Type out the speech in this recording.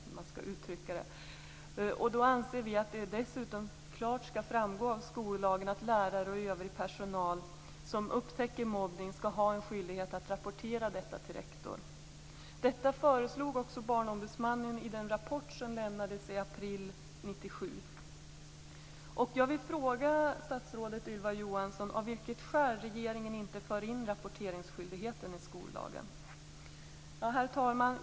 Vi anser att det dessutom av skollagen klart skall framgå att lärare och övrig personal som upptäcker mobbning skall ha en skyldighet att rapportera detta till rektor. Detta föreslog också barnombudsmannen i den rapport som lämnades i april 1997. Jag vill fråga statsrådet Ylva Johansson av vilket skäl regeringen inte för in rapporteringsskyldighet i skollagen. Herr talman!